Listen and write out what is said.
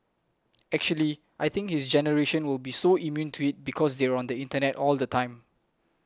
actually I think his generation will be so immune to it because they're on the internet all the time